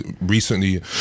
recently